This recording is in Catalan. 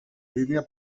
línia